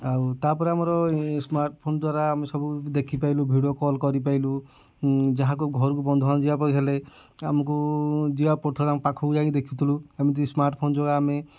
ଆଉ ତାପରେ ଆମର ସ୍ମାର୍ଟଫୋନ୍ ଦ୍ୱାରା ଆମେ ସବୁ ଦେଖିପାଇଲୁ ଭିଡ଼ିଓ କଲ୍ କରିପାଇଲୁ ଯାହାକୁ ଘରକୁ ବନ୍ଧୁ ବାନ୍ଧବ ଯିବା ପାଇଁ ହେଲେ ଆମକୁ ଯିବାକୁ ପଡ଼ୁଥିଲା ଆମେ ପାଖକୁ ଯାଇକି ଦେଖୁଥିଲୁ ଏମିତି ସ୍ମାର୍ଟଫୋନ୍ ଦ୍ୱାରା ଆମେ